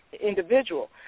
individual